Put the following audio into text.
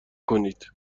کنید